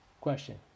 Question